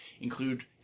include